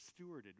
stewarded